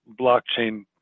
blockchain